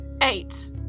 Eight